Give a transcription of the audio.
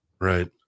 right